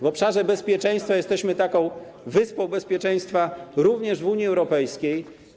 W obszarze bezpieczeństwa jesteśmy taką wyspą bezpieczeństwa, również w Unii Europejskiej.